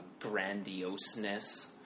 grandioseness